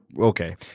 okay